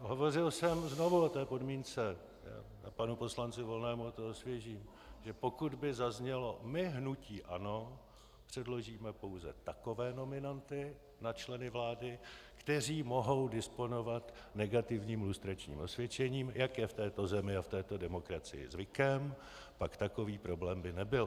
Hovořil jsem znovu o té podmínce a panu poslanci Volnému to osvěžím, že pokud by zaznělo: My, hnutí ANO, předložíme pouze takové nominanty na členy vlády, kteří mohou disponovat negativním lustračním osvědčením, jak je v této zemi a v této demokracii zvykem, pak takový problém by nebyl.